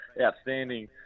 outstanding